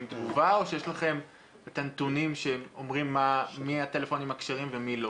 תגובה או שיש לכם את הנתונים שאומרים מי הטלפונים הכשרים ומי לא.